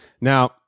Now